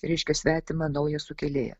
reiškia svetimą naują sukėlėją